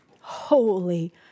holy